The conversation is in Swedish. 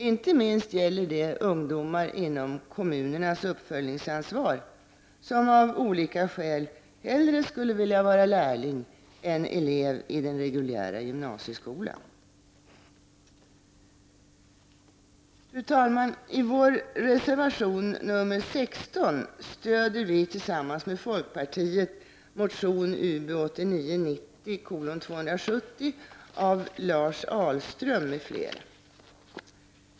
Inte minst gäller detta ungdomar inom kommunernas uppföljningsansvar som av olika skäl hellre skulle vilja vara lärlingar än elever i den reguljära gymnasieskolan. Fru talman! I reservation 16 stöder vi tillsammans med folkpartiet motion Ub270 av Lars Ahlström m.fl.